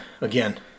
again